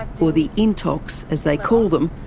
or the intox as they call them,